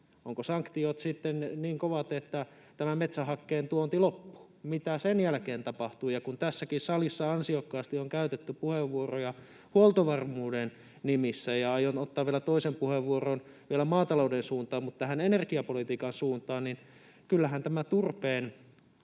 Ovatko sanktiot sitten niin kovat, että tämä metsähakkeen tuonti loppuu? Mitä sen jälkeen tapahtuu? Ja kun tässäkin salissa ansiokkaasti on käytetty puheenvuoroja huoltovarmuuden nimissä — ja aion ottaa vielä toisen puheenvuoron maatalouden suuntaan, mutta nyt tähän energiapolitiikan suuntaan — niin kyllähän tästä turpeen